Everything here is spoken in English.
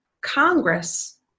Congress